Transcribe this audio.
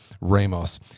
Ramos